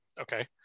Okay